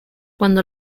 cuando